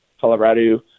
Colorado